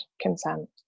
consent